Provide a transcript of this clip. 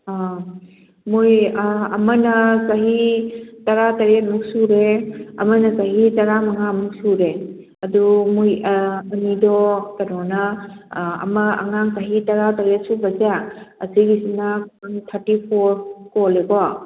ꯑꯥ ꯃꯣꯏ ꯑꯃꯅ ꯆꯍꯤ ꯇꯔꯥ ꯇꯔꯦꯠꯃꯨꯛ ꯁꯨꯔꯦ ꯑꯃꯅ ꯆꯍꯤ ꯇꯔꯥ ꯃꯉꯥꯃꯨꯛ ꯁꯨꯔꯦ ꯑꯗꯣ ꯃꯣꯏ ꯑꯅꯤꯗꯣ ꯀꯩꯅꯣꯅ ꯑꯃ ꯑꯉꯥꯡ ꯆꯍꯤ ꯇꯔꯥ ꯇꯔꯦꯠ ꯁꯨꯕꯁꯦ ꯑꯁꯤꯒꯤꯁꯤꯅ ꯊꯥꯔꯇꯤ ꯐꯣꯔ ꯀꯣꯜꯂꯦꯀꯣ